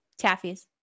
taffies